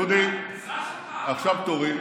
דודי, עכשיו תורי.